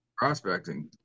Prospecting